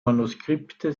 manuskripte